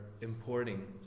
importing